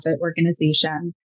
organization